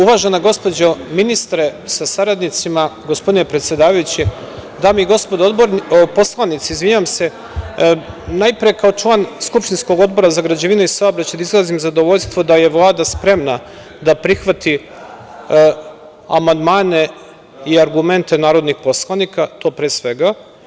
Uvažena gospođo ministre sa saradnicima, gospodine predsedavajući, dame i gospodo poslanici, najpre kao član skupštinskog Odbora za građevinu i saobraćaj da izradim zadovoljstvo da je Vlada spremna da prihvati amandmane i argumente narodnih poslanika, to pre svega.